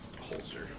holster